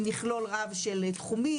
ממכלול רב של תחומים,